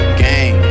gang